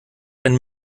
ein